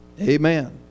Amen